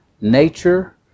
nature